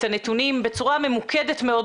את הנתונים בצורה ממוקדת מאוד,